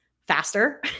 faster